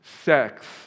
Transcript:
Sex